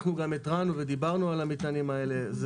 אנחנו גם התרענו ודיברנו על המטענים האלה.